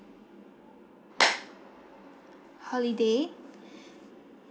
holiday